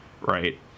right